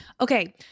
Okay